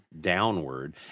downward